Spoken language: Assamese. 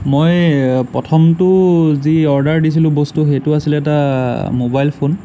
মই প্ৰথমটো যি অৰ্ডাৰ দিছিলোঁ বস্তু সেইটো আছিলে এটা ম'বাইল ফোন